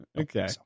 Okay